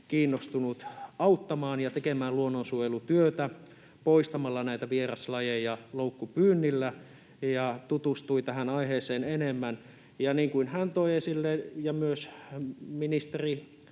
kiinnostunut auttamaan ja tekemään luonnonsuojelutyötä poistamalla näitä vieraslajeja loukkupyynnillä. Hän tutustui tähän aiheeseen enemmän, ja niin kuin hän toi esille, ja myös ministeri